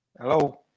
Hello